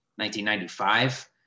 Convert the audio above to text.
1995